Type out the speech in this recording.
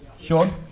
sean